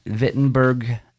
Wittenberg